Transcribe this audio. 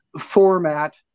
format